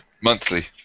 Monthly